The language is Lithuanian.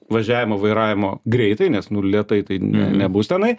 važiavimo vairavimo greitai nes nu lėtai tai ne nebus tenai